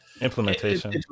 Implementation